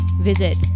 visit